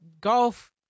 Golf